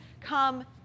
come